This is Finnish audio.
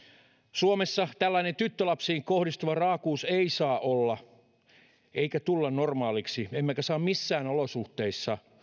suomessa tällainen tyttölapsiin kohdistuva raakuus ei saa olla normaalia eikä tulla normaaliksi emmekä saa missään olosuhteissa